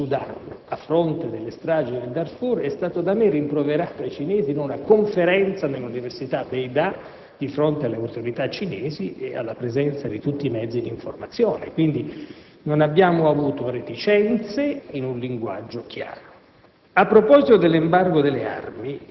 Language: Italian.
riservato e pubblico. Ad esempio, l'appoggio cinese al Governo del Sudan, a fronte della strage del Darfur, è stato da me rimproverato ai cinesi in una conferenza nell'università Beida di fronte alle autorità cinesi e alla presenza di tutti i mezzi di informazione. Quindi,